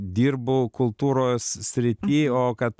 dirbau kultūros srity o kad